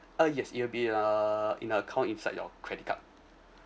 uh yes it'll be uh in a account inside your credit card